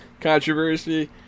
controversy